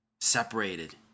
separated